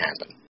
happen